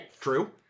True